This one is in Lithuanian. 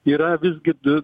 yra visgi dun